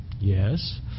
Yes